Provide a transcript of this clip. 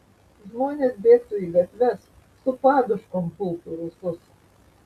žmonės bėgtų į gatves su paduškom pultų rusus